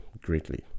greatly